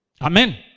Amen